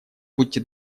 будьте